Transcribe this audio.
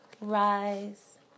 rise